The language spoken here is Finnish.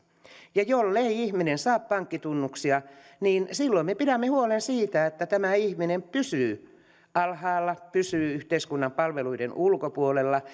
ja jollei ihminen saa pankkitunnuksia silloin me pidämme huolen siitä että tämä ihminen pysyy alhaalla ja pysyy yhteiskunnan palveluiden ulkopuolella